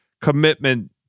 commitment